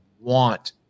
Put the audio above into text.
want